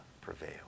prevail